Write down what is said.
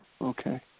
Okay